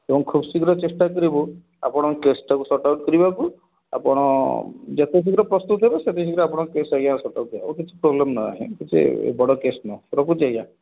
ଏବଂ ଖୁବ୍ ଶୀଘ୍ର ଚେଷ୍ଟା କରିବୁ ଆପଣଙ୍କ କେସ୍ଟାକୁ ସର୍ଟଆଉଟ୍ କରିବାକୁ ଆପଣ ଯେତେ ଶୀଘ୍ର ପ୍ରସ୍ତୁତ ହେବେ ସେତେ ଶୀଘ୍ର ଆପଣଙ୍କ କେସ୍ ଆଜ୍ଞା ସର୍ଟଆଉଟ୍ ହେବ କିଛି ପ୍ରୋବ୍ଲେମ୍ ନାହିଁ କିଛି ବଡ଼ କେସ୍ ନୁହେଁ ରଖୁଛି ଆଜ୍ଞା